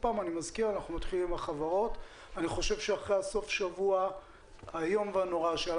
אני חושב שאחרי סוף השבוע האיום והנורא שהיה